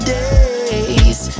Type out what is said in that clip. days